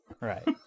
Right